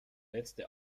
letzte